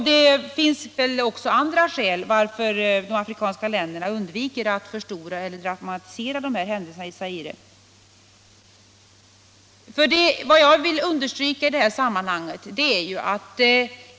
Det finns väl också andra skäl för att de afrikanska länderna undviker att förstora eller dramatisera händelserna i Zaire.